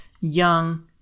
young